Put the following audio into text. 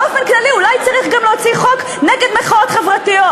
באופן כללי אולי צריך גם להוציא חוק נגד מחאות חברתיות.